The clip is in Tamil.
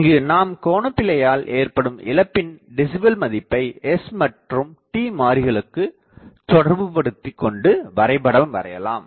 இங்கு நாம் கோனாபிழையால் ஏற்படும் இழப்பின் டெசிபல் மதிப்பை s மற்றும் t மாறிகளுக்குத் தொடர்புபடுத்திக் கொண்டு வரைபடம் வரையலாம்